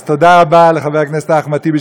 אז תודה רבה לחבר הכנסת אחמד טיבי,